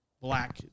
black